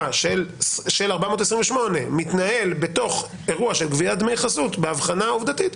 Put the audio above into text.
של 428 מתנהל בתוך אירוע של גביית דמי חסות בהבחנה עובדתית,